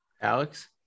Alex